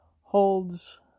holds